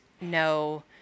no